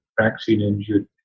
vaccine-injured